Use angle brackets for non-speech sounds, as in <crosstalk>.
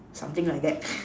something like that <noise>